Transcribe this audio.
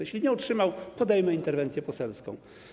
Jeśli nie otrzymał pomocy, podejmę interwencję poselską.